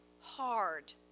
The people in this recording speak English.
hard